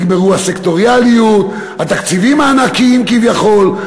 נגמרו הסקטוריאליות, התקציבים הענקיים, כביכול.